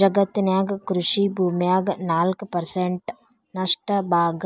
ಜಗತ್ತಿನ್ಯಾಗ ಕೃಷಿ ಭೂಮ್ಯಾಗ ನಾಲ್ಕ್ ಪರ್ಸೆಂಟ್ ನಷ್ಟ ಭಾಗ